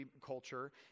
culture